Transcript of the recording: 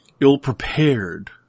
ill-prepared